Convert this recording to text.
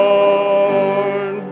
Lord